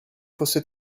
fosse